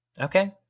Okay